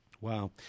Wow